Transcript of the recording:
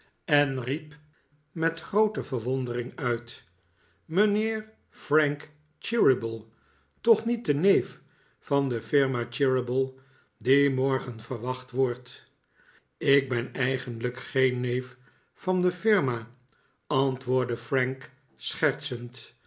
en riep met groote verwondering uit mijnheer frank cheeryble toch niet de neef van de firma cheeryble die morgen verwacht wordt ik ben eigenlijk geen neef van de firma antwoordde frank schertsend